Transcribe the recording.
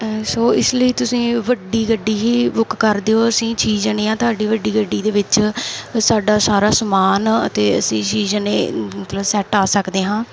ਸੋ ਇਸ ਲਈ ਤੁਸੀਂ ਵੱਡੀ ਗੱਡੀ ਹੀ ਬੁੱਕ ਕਰ ਦਿਓ ਅਸੀਂ ਛੇ ਜਣੇ ਹਾਂ ਤੁਹਾਡੀ ਵੱਡੀ ਗੱਡੀ ਦੇ ਵਿੱਚ ਸਾਡਾ ਸਾਰਾ ਸਮਾਨ ਅਤੇ ਅਸੀਂ ਛੇ ਜਣੇ ਮਤਲਬ ਸੈੱਟ ਆ ਸਕਦੇ ਹਾਂ